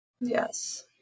Yes